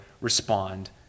respond